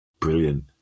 Brilliant